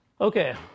Okay